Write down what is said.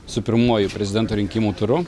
su pirmuoju prezidento rinkimų turu